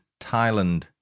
Thailand